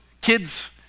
kids